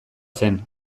zen